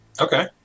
Okay